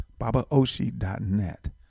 babaoshi.net